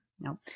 No